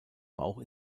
bauch